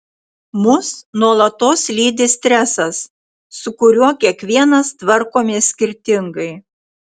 mus nuolatos lydi stresas su kuriuo kiekvienas tvarkomės skirtingai